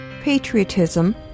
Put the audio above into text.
patriotism